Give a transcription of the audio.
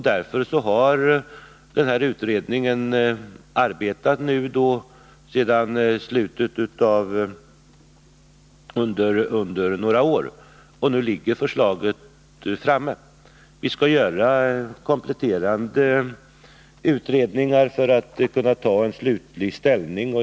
Därför har denna utredning om skördeskadeskyddet arbetat under några år, och nu ligger förslag framme. Vi skall göra. kompletterande utredningar för att sedan slutgiltigt kunna ta ställning.